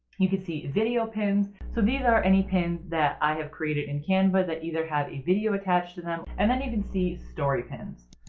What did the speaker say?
you can see video pins, so these are any pins that i have created in canva that have a video attached to them. and then you can see story pins.